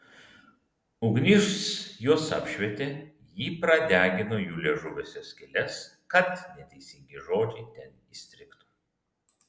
ugnis juos apšvietė ji pradegino jų liežuviuose skyles kad neteisingi žodžiai ten įstrigtų